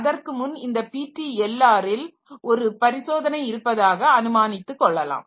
அதற்கு முன் இந்த PTLR ல் ஒரு பரிசோதனை இருப்பதாக அனுமானித்துக் கொள்ளலாம்